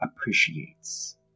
appreciates